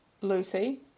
Lucy